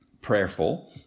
prayerful